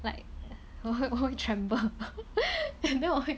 like 我会我会 tremble then 我会